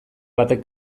batek